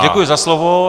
Děkuji za slovo.